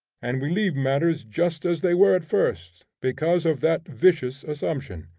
and we leave matters just as they were at first, because of that vicious assumption.